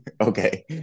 Okay